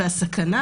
והסכנה